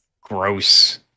gross